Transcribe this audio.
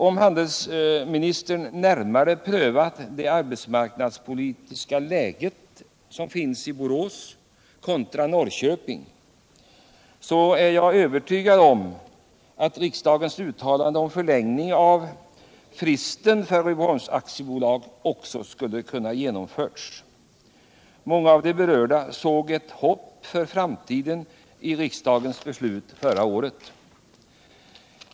Om handelsministern närmare prövat det arbetsmarknadspolitiska läge som finns i Borås contra Norrköping, är jag övertygad om att riksdagens uttalande om förlängning av fristen för Rydboholms AB också skulle ha kunnat genomföras. Många av de berörda såg ett hopp för framtiden i riksdagens beslut förra året.